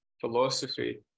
philosophy